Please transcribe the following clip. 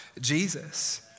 Jesus